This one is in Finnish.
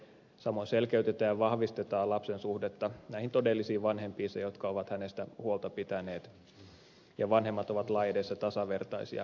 samoin selkeytetään ja vahvistetaan lapsen suhdetta näihin todellisiin vanhempiinsa jotka ovat hänestä huolta pitäneet ja vanhemmat ovat lain edessä tasavertaisia